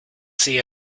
see